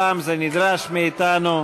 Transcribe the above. הפעם זה נדרש מאתנו.